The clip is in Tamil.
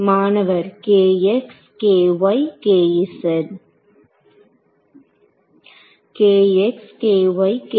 மாணவர் k x k y k z